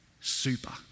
super